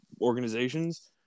organizations